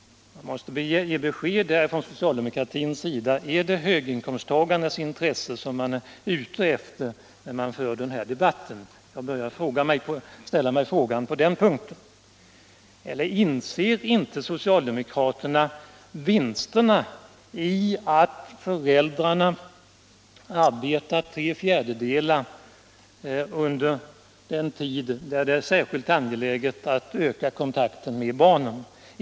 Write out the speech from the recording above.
Jag måste en, m.m. i det sammanhanget efterlysa besked från socialdemokraterna, om det är höginkomsttagarnas intresse man är ute efter när man för den här debatten — jag har nämligen börjat ställa mig den frågan. Inser inte socialdemokraterna att man vinner på att föräldrarna kan arbeta tre fjärdedelar av arbetstiden under den tid då det är särskilt angeläget att öka kontakten med barnet?